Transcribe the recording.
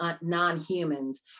non-humans